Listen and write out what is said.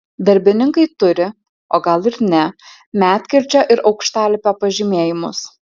darbininkai turi o gal ir ne medkirčio ir aukštalipio pažymėjimus